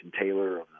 Taylor